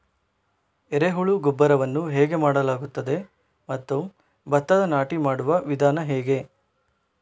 ಎರೆಹುಳು ಗೊಬ್ಬರವನ್ನು ಹೇಗೆ ಮಾಡಲಾಗುತ್ತದೆ ಮತ್ತು ಭತ್ತ ನಾಟಿ ಮಾಡುವ ವಿಧಾನ ಹೇಗೆ?